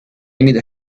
need